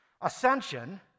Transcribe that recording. ascension